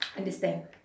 understand